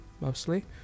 mostly